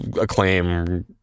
acclaim